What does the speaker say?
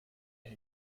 and